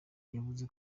yavuze